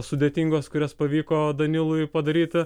sudėtingos kurias pavyko danilui padaryti